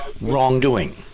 wrongdoing